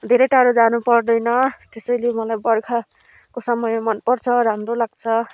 धेरै टाढो जानु पर्दैन त्यसैले मलाई बर्खाको समय मनपर्छ राम्रो लाग्छ